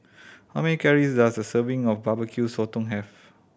how many calories does a serving of Barbecue Sotong have